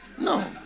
No